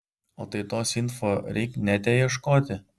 o tai tos info reik nete ieškoti